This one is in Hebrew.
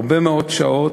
הרבה מאוד שעות,